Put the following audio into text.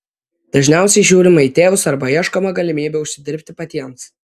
dažniausiai žiūrima į tėvus arba ieškoma galimybių užsidirbti patiems